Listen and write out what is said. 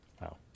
Wow